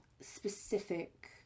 specific